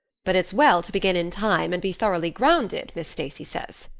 but it's well to begin in time and be thoroughly grounded, miss stacy says.